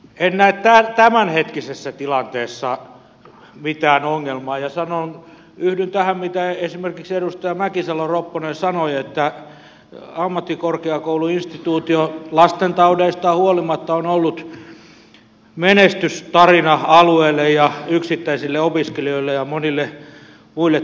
en näe tämänhetkisessä tilanteessa mitään ongelmaa ja yhdyn tähän mitä esimerkiksi edustaja mäkisalo ropponen sanoi että ammattikorkeakouluinstituutio lastentaudeistaan huolimatta on ollut menestystarina alueille ja yksittäisille opiskelijoille ja monille muille toimijoille